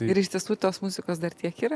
ir iš tiesų tos muzikos dar tiek yra